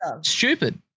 stupid